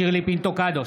שירלי פינטו קדוש,